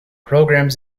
programs